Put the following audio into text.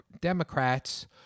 Democrats